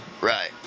Right